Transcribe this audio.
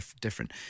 different